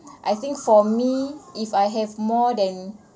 I think for me if I have more than